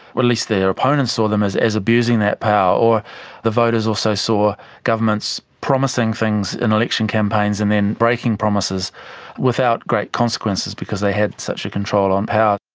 or at least their opponents saw them as as abusing that power. the voters also saw governments promising things in election campaigns and then breaking promises without great consequences because they had such a control on power.